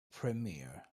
premier